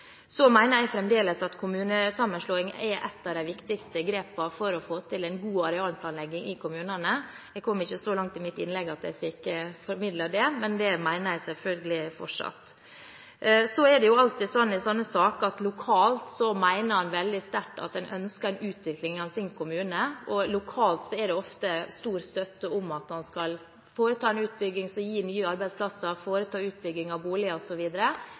Så mener jeg fremdeles at kommunesammenslåing er et av de viktigste grepene for å få til en god arealplanlegging i kommunene. Jeg kom ikke så langt i mitt innlegg at jeg fikk formidlet det, men det mener jeg selvfølgelig fortsatt. Så er det alltid slik i sånne saker at lokalt mener en veldig sterkt at en ønsker en utvikling av sin kommune. Lokalt er det ofte stor støtte til at en skal foreta en utbygging som gir nye arbeidsplasser, foreta utbygging av boliger